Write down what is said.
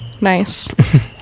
nice